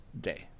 day